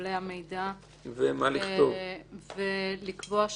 מקבלי המידע ולקבוע שהממונה,